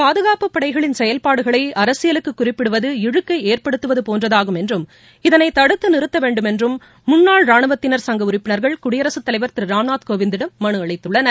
பாதுகாப்புப்படைகளின் செயல்பாடுகளை அரசியலுக்கு அகுறிப்பிடுவது இழுக்கை அஏற்படுத்துவது போன்றதாகும் என்றும் இதனை தடுத்து நிறுத்த வேண்டும் என்றும் முன்னாள் ரானுவத்தினர் சங்க உறுப்பினர்கள் குடியரசுத் தலைவர் திரு ராம்நாத் கோவிந்திடம் மலு அளித்துள்ளனர்